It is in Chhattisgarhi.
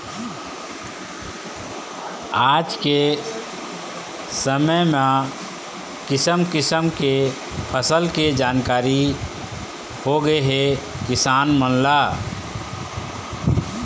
आज के समे म किसम किसम के फसल के जानकारी होगे हे किसान मन ल